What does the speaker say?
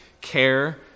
care